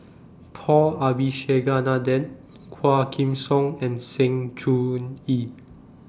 Paul Abisheganaden Quah Kim Song and Sng Choon Yee